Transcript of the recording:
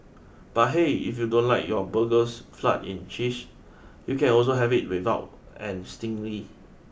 but hey if you don't like your burgers flood in cheese you can also have it without and singly